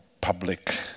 public